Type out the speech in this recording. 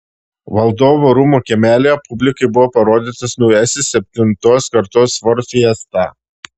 valdovų rūmų kiemelyje publikai buvo parodytas naujasis septintos kartos ford fiesta